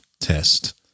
test